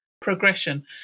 progression